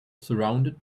surrounded